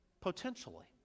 potentially